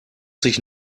sich